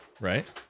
right